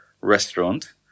restaurant